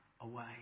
away